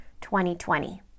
2020